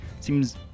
seems